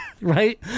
right